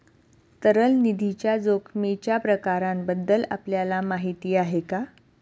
तरल निधीच्या जोखमीच्या प्रकारांबद्दल आपल्याला माहिती आहे का?